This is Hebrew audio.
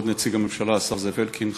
כבוד נציג הממשלה השר זאב אלקין,